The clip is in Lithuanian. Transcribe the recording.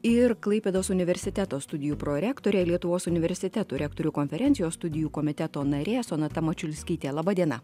ir klaipėdos universiteto studijų prorektorė lietuvos universitetų rektorių konferencijos studijų komiteto narė sonata mačiulskytė laba diena